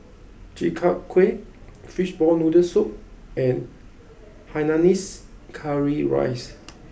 Chi Kak Kuih Fishball Noodle Soup and Hainanese Curry Rice